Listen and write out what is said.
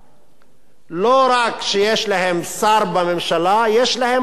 לא רק שיש להם שר בממשלה, יש להם ראש ממשלה.